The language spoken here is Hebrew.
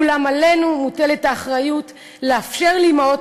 אולם עלינו מוטלת האחריות לאפשר לאימהות